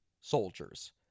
soldiers